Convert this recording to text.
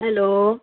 hello